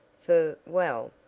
for well,